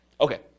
Okay